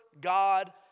God